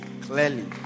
Clearly